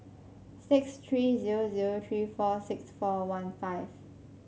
six three zero zero three four six four one five